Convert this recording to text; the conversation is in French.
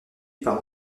par